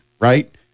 right